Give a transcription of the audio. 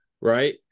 right